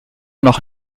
noch